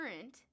current